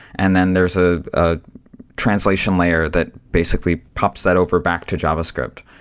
and then there's a ah translation layer that basically pops that over back to javascript.